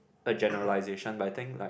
a generalisation but I think like